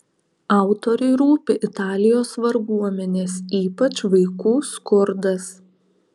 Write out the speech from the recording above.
autoriui rūpi italijos varguomenės ypač vaikų skurdas